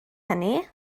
hynny